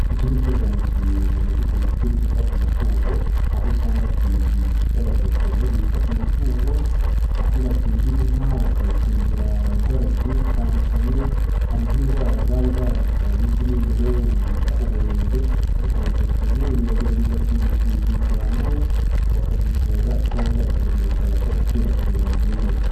Igihugu cy'u Rwanda kiri mu bihugu na byo byita ku matungo, aho usanga gifite abaveterineri bita ku matungo, aho bakingira inka bakayikingira indwara zigiye zitandukanye; hari nk'indwara zari zaradutse mu minsi iri imbere, ubu bita uburenge, ariko ba veterineri bagerageza kuzirwanaho, bakazivura za ndwara, kugira ngo zitabasha gukwirakwira mu zindi nka.